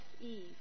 Eve